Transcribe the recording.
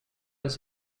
his